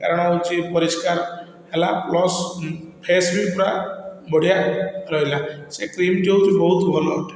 କାରଣ ହଉଛି ପରିଷ୍କାର ହେଲା ପ୍ଲସ ଫେସ ବି ପୁରା ବଢ଼ିଆ ରହିଲା ସେ କ୍ରିମଟି ହଉଛି ବହୁତ ଭଲ